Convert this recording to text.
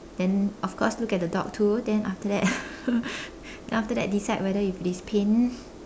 then of course look at the dog too then after that then after that decide whether if it is pain